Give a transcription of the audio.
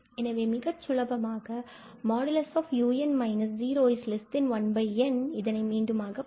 எனவே மிக சுலபமாக |un 0|1n இதனை நாம் மீண்டுமாக பார்க்கலாம்